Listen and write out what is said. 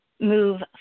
move